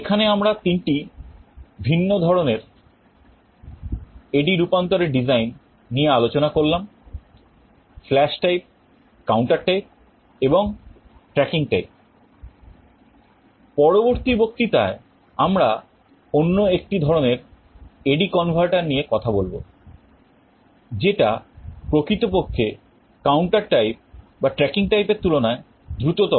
এখানে আমরা তিনটি ভিন্ন ধরনের নিয়ে আলোচনা করলাম flash type counter type and tracking type পরবর্তী বক্তৃতায় আমরা অন্য একটি ধরনের AD converter নিয়ে কথা বলব যেটা প্রকৃতপক্ষে counter type বা tracking type এর তুলনায় দ্রুততর